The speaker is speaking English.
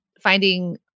finding